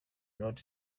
not